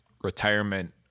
retirement